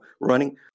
running